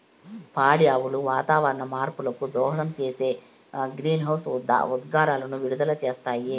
పాడి ఆవులు వాతావరణ మార్పులకు దోహదం చేసే గ్రీన్హౌస్ ఉద్గారాలను విడుదల చేస్తాయి